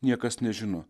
niekas nežino